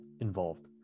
involved